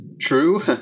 true